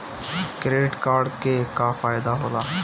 Credit card के का फायदा होला?